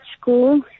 school